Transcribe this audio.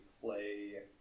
play